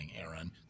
Aaron